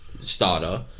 starter